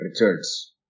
Richards